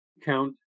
count